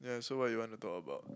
yeah so what you want to talk about